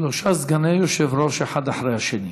שלושה סגני יושב-ראש אחד אחרי השני.